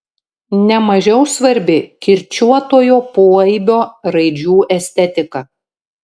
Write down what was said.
ne mažiau svarbi kirčiuotojo poaibio raidžių estetika